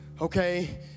okay